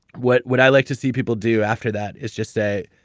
what what i like to see people do after that is just say,